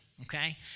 okay